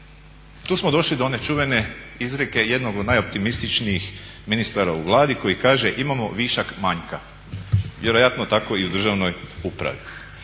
Tu smo došli do one čuvene izreke jednog od najoptimističnijih ministara u Vladi koji kaže imamo višak manjka. Vjerojatno tako i u državnoj upravi.